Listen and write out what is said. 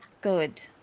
good